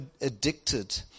addicted